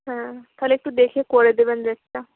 হ্যাঁ তাহলে একটু দেখে করে দেবেন রেটটা